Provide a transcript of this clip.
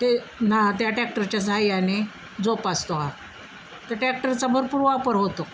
ते ना त्या टॅक्टरच्या सहाय्याने जोपासतो हा तर टॅक्टरचा भरपूर वापर होतो